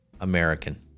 American